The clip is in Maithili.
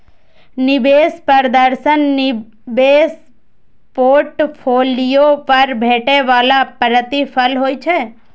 निवेश प्रदर्शन निवेश पोर्टफोलियो पर भेटै बला प्रतिफल होइ छै